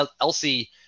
Elsie